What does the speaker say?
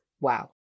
wow